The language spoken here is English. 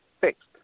fixed